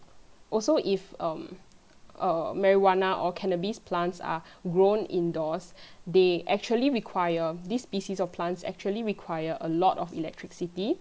also if um err marijuana or cannabis plants are grown indoors they actually require this species of plants actually require a lot of electricity